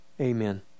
Amen